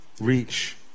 reach